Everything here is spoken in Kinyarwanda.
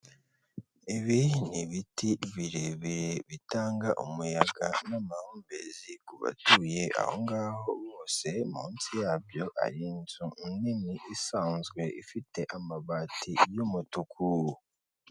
Ibi ni ibiti birebire bitanga umuyaga n'amahumbezi kubatuye aho ngaho bose, munsi yabyo ari inzu nini isanzwe, ifite amabati y'umutuku.